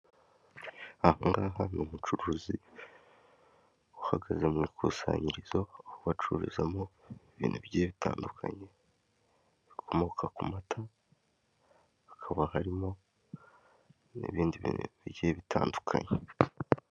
Ahangaha n'umucuruzi uhagaze mw'ikusanyirizo, bacururizamo ibintu bigiye bitandukanye bikomoka ku mata, hakaba harimo n'ibindi bintu bigiye bitandukanye.